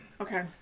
Okay